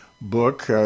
book